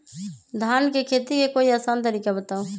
धान के खेती के कोई आसान तरिका बताउ?